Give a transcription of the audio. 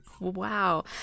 Wow